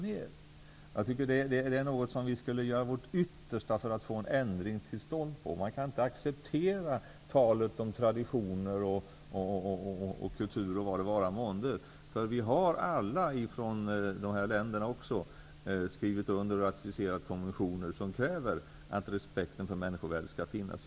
Det är något som vi borde göra vårt yttersta för att få till stånd en ändring av. Man kan inte acceptera talet om traditioner, kultur eller vad det vara månde. Vi har alla, även i de här länderna, skrivit under och ratificerat konventioner som kräver att respekt för människovärdet skall finnas.